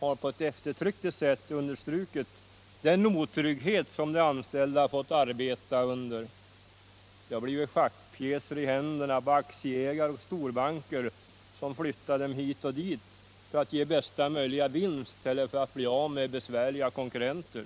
har på ett eftertryckligt sätt understrukit den otrygghet som de anställda fått arbeta under. De har blivit schackpjäser i händerna på aktieägare och storbanker, som flyttat dem hit och dit för att få bästa möjliga vinst eller för att bli av med besvärliga konkurrenter.